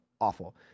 Awful